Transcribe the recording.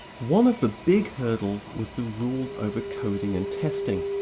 one of the big hurdles was the rules over coding and testing.